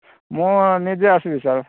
ମୁଁ ନିଜେ ଆସିବି ସାର୍